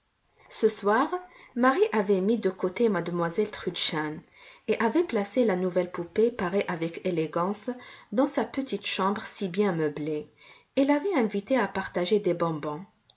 ce soir marie avait mis de côté mademoiselle trudchen et avait placé la nouvelle poupée parée avec élégance dans sa petite chambre si bien meublée et l'avait invitée à partager des bonbons